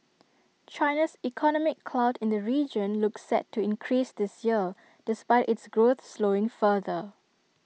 China's economic clout in the region looks set to increase this year despite its growth slowing further